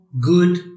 good